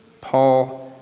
Paul